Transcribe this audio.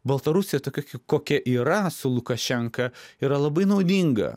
baltarusija tokia kokia yra su lukašenka yra labai naudinga